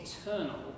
eternal